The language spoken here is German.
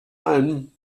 einem